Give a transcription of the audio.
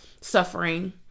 suffering